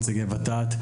נציגי ות"ת,